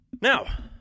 Now